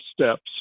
steps